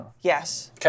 Yes